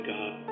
God